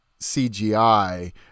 CGI